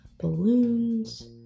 balloons